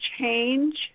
change